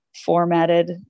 formatted